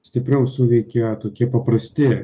stipriau suveikia tokie paprasti